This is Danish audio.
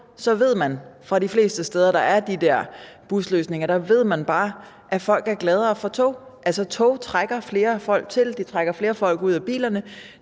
ved man fra de fleste steder, hvor man har de der busløsninger, at folk er gladere for tog. Tog trækker flere folk til, det trækker flere folk ud af bilerne,